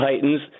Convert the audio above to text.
Titans